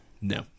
No